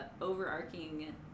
overarching